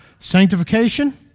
Sanctification